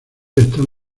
están